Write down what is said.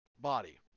body